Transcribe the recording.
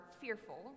fearful